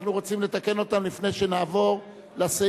ואנחנו רוצים לתקן אותה לפני שנעבור לסעיף,